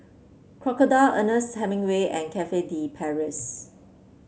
Crocodile Ernest Hemingway and Cafe De Paris